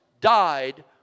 died